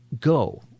go